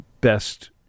best